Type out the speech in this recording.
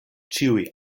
ĉiuj